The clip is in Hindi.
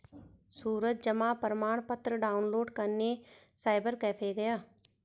सूरज जमा प्रमाण पत्र डाउनलोड करने साइबर कैफे गया